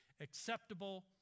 acceptable